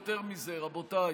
יותר מזה, רבותיי,